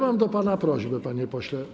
Mam do pana prośbę, pana pośle.